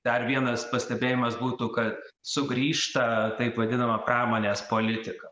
dar vienas pastebėjimas būtų kad sugrįžta taip vadinama pramonės politika